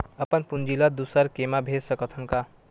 अपन पूंजी ला दुसर के मा भेज सकत हन का?